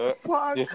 Fuck